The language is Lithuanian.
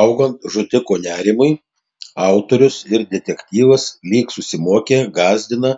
augant žudiko nerimui autorius ir detektyvas lyg susimokę gąsdina